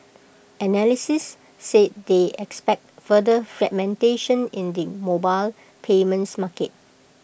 analysts said they expect further fragmentation in the mobile payments market